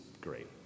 great